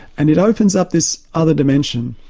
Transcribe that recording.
and it opens up this other dimension,